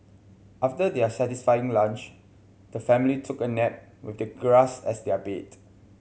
after their satisfying lunch the family took a nap with the grass as their bed